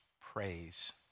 praise